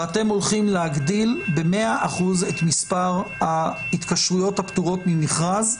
ואתם הולכים להגדיל ב-100% את מספר ההתקשרויות הפטורות ממכרז,